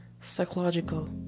psychological